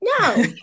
No